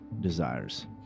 desires